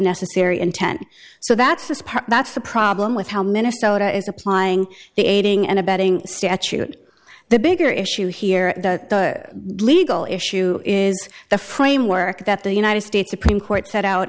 necessary intent so that that's the problem with how minnesota is applying the aiding and abetting statute the bigger issue here the legal issue is the framework that the united states